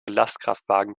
lastkraftwagen